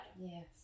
Yes